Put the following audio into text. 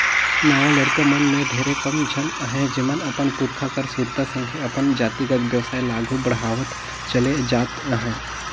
नावा लरिका मन में ढेरे कम झन अहें जेमन अपन पुरखा कर सुरता संघे अपन जातिगत बेवसाय ल आघु बढ़ावत चले जात अहें